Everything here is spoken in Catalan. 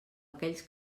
aquells